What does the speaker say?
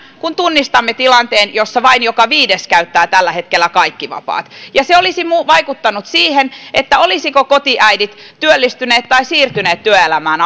kun tunnistamme tilanteen jossa vain joka viides käyttää tällä hetkellä kaikki vapaat se olisi vaikuttanut siihen olisivatko kotiäidit työllistyneet tai siirtyneet työelämään